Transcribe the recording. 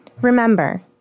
Remember